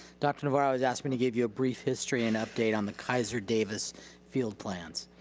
dr. navarro has asked me to give you a brief history and update on the kaiser davis field plans.